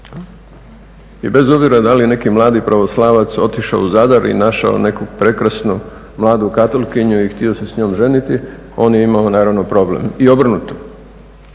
I bez obzira da li je neki mladi pravoslavac otišao u Zadar i našao neku prekrasnu mladu katolkinju i htio se s njom ženiti on je imao naravno problem i obrnuto.